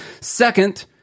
Second